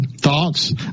Thoughts